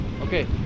okay